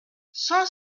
cent